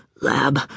Lab